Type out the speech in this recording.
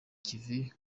ikivi